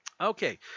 Okay